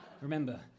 Remember